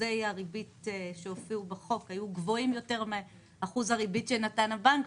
שאחוזי הריבית שהופיעו בחוק היו גבוהים מאחוז הריבית שנתן הבנק,